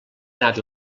anat